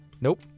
Nope